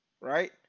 right